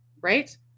right